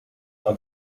man